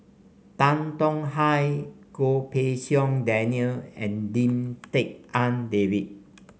Tan Tong Hye Goh Pei Siong Daniel and Lim Tik En David